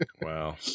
wow